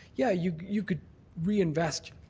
yeah, you you could reinvest